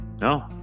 no